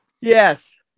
Yes